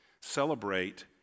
Celebrate